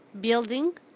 building